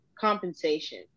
compensation